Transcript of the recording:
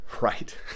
right